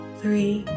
three